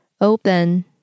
open